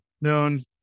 known